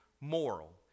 moral